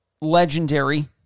legendary